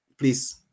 Please